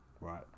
right